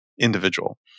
individual